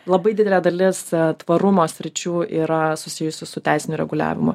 labai didelė dalis tvarumo sričių yra susijusi su teisiniu reguliavimu